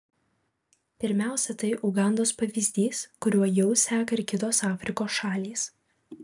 pirmiausia tai ugandos pavyzdys kuriuo jau seka ir kitos afrikos šalys